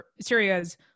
Syria's